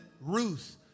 Ruth